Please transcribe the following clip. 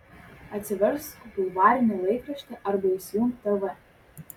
atsiversk bulvarinį laikraštį arba įsijunk tv